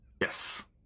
Yes